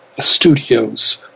studios